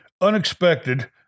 Unexpected